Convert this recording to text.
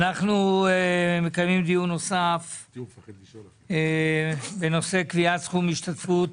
מקיימים דיון נוסף בנושא: קביעת סכום ההשתתפות